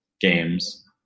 games